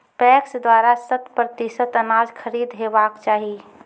PACS द्वारा शत प्रतिसत अनाज खरीद हेवाक चाही?